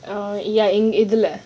ya இதுல:ithula